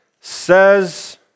says